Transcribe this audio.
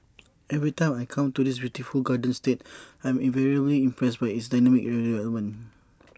every time I come to this beautiful garden state I'm invariably impressed by its dynamic development